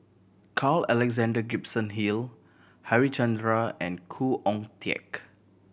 Carl Alexander Gibson Hill Harichandra and Khoo Oon Teik